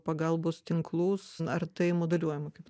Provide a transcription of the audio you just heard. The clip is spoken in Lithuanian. pagalbos tinklus ar tai modeliuojama kaip